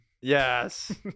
Yes